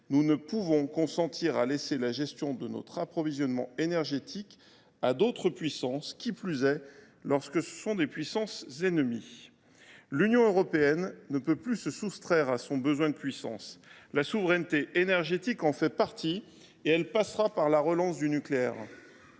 Nous ne pouvons consentir à laisser la gestion de notre approvisionnement énergétique à d’autres puissances, qui plus est lorsque ce sont des puissances ennemies. L’Union européenne ne peut plus se soustraire à son besoin de puissance. La souveraineté énergétique en fait partie, et elle passera par la relance du nucléaire.